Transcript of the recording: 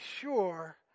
sure